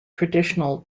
traditional